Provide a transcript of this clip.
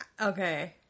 okay